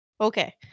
Okay